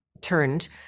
turned